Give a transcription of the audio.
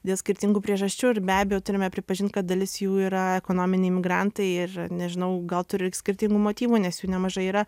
dėl skirtingų priežasčių ir be abejo turime pripažint kad dalis jų yra ekonominiai migrantai ir nežinau gal turi skirtingų motyvų nes jų nemažai yra